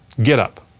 get up.